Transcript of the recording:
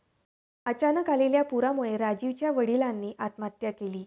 अचानक आलेल्या पुरामुळे राजीवच्या वडिलांनी आत्महत्या केली